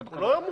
הוא לא מורחב